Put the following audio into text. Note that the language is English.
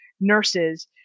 nurses